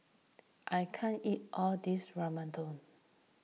I can't eat all this Ramyeon